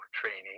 training